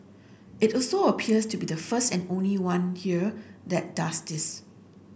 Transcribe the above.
it also appears to be the first and only one here that does this